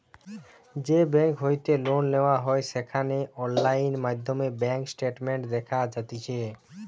যেই বেংক হইতে লোন নেওয়া হয় সেখানে অনলাইন মাধ্যমে ব্যাঙ্ক স্টেটমেন্ট দেখা যাতিছে